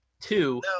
two